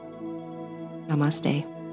Namaste